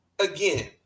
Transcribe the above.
again